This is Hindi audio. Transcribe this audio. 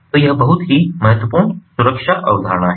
तो यह एक बहुत ही महत्वपूर्ण सुरक्षा अवधारणा है